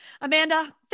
Amanda